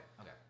okay